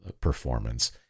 performance